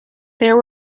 there